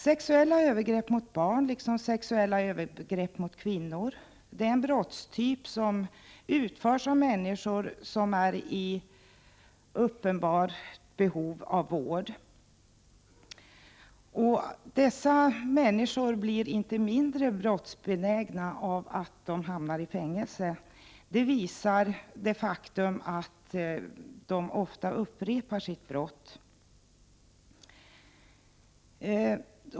Sexuella övergrepp mot barn och kvinnor är en brottstyp som utförs av människor som är i uppenbart behov av vård. Dessa människor blir inte mindre brottsbenägna av att de hamnar i fängelse, det visar det faktum att de ofta upprepar sina brott.